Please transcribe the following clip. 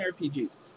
RPGs